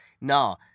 No